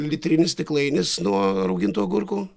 litrinis stiklainis nuo raugintų agurkų